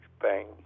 bang